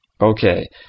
Okay